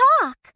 talk